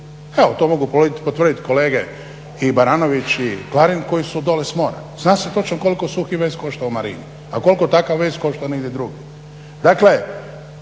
Evo to mogu potvrdit kolege i Baranović i Klarin koji su dole s mora. Zna se točno koliko suhi vez košta u marini, a koliko takav vez košta negdje drugo. Dakle,